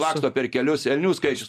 laksto per kelius elnių skaičius